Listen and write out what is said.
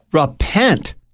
Repent